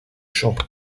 champs